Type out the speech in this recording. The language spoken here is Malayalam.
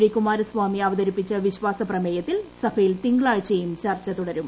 ഡി കുമാരസ്ഥാമി അവതരിപ്പിച്ച വിശ്വാസ പ്രമേയത്തിൽ സഭയിൽ തിങ്കളാഴ്ചയും ചർച്ച തുടരും